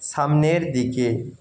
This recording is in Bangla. সামনের দিকে